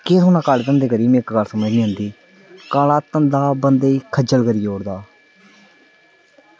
केह् करना काले धंधे करियै मिगी इक्क गल्ल समझ निं औंदी काला धंधा बंदे गी खज्जल करी ओड़दा